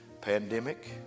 pandemic